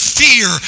fear